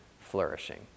flourishing